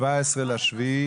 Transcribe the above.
לקבל מענק במקום תגמול חודשי.